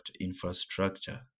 infrastructure